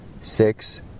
Six